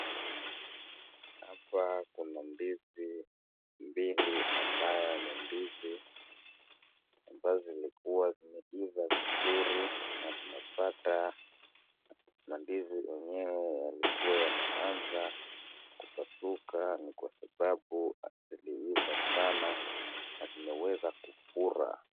Hapa kuna ndizi mbili ambayo ni ndizi ambazo zimekua zimeiva vizuri na tunapata mandizi yenyewe yalikuwa yameanza kupasuka ni kwa sababu yameiva sana na imeweza kufura.